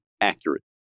accurate